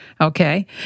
Okay